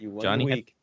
Johnny